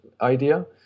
idea